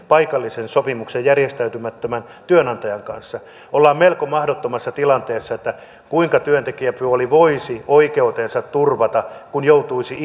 paikallisen sopimuksen järjestäytymättömän työnantajan kanssa ollaan melko mahdottomassa tilanteessa että kuinka työntekijäpuoli voisi oikeutensa turvata kun joutuisi